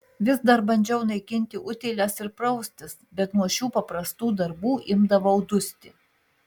vis dar bandžiau naikinti utėles ir praustis bet nuo šių paprastų darbų imdavau dusti